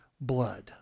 blood